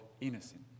innocent